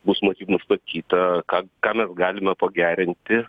bus matyt nustatyta ką ką mes galime pagerinti